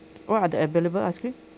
what are the available ice cream